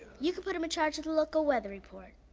you could put him in charge of the local weather report.